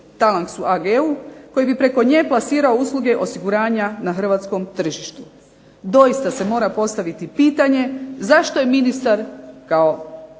Talanx ag-u koji bi preko nje plasirao usluge osiguranja na Hrvatskom tržištu. Doista se mora postaviti pitanje zašto je ministar kao